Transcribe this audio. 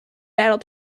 battle